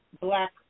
black